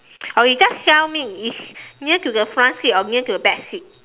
or you just tell me it's near to the front seat or near to the back seat